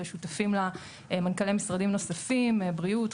ושותפים לה מנהלי משרדים נוספים- בריאות,